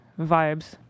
vibes